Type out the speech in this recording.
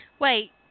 Wait